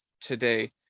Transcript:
today